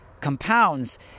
compounds